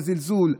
בזלזול,